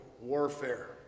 warfare